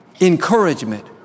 encouragement